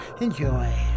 Enjoy